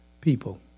people